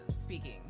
speaking